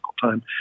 time